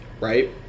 Right